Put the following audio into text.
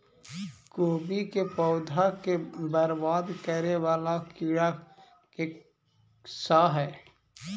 कोबी केँ पौधा केँ बरबाद करे वला कीड़ा केँ सा है?